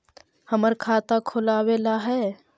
हमरा खाता खोलाबे ला है?